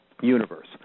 universe